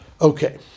okay